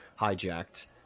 hijacked